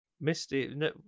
Misty